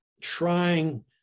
trying